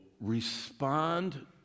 respond